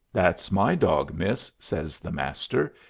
that's my dog, miss, says the master.